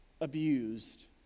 abused